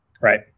Right